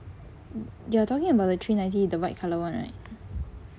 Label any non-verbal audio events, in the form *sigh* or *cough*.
you are talking about the three ninety the white colour [one] right *breath*